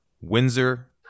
windsor